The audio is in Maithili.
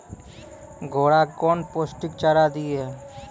घोड़ा कौन पोस्टिक चारा दिए?